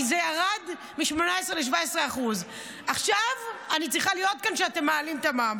כשזה ירד מ-18% ל-17%; עכשיו אני צריכה להיות כאן כשאתם מעלים את המע"מ.